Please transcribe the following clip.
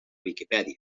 viquipèdia